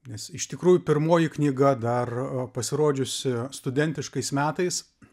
nes iš tikrųjų pirmoji knyga dar pasirodžiusi studentiškais metais